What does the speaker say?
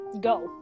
go